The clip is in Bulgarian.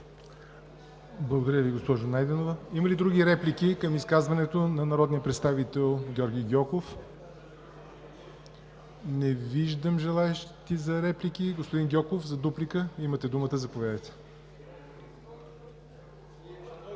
Благодаря Ви, госпожо Найденова. Има ли други реплики към изказването на народния представител Георги Гьоков? Не виждам желаещи за реплики. Господин Гьоков, имате думата за дуплика,